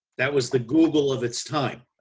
that was the google of it's time.